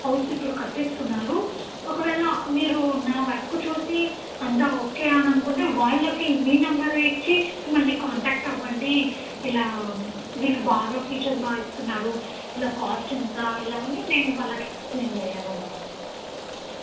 house ఇప్పుడు కట్టిస్తున్నారు ఒకవేళ మీరు నా వర్క్ చూసి అంతా ఓకే అననుకుంటే వాళ్ళకి మీ నెంబరే ఇచ్చి మిమ్మల్ని కాంటాక్ట్ అవ్వండి ఇలా వీళ్ళు బాగా ఫీచర్స్ బాగిస్తున్నారు ఇలా కాస్ట్ ఇంత ఇలా అని నేను వాళ్ళకి ఎక్స్ప్లేన్ చేయగలను